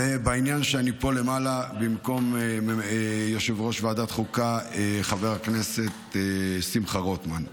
ובעניין שאני פה למעלה במקום יושב-ראש ועדת חוקה חבר הכנסת שמחה רוטמן,